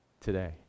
today